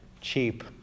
cheap